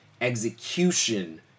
execution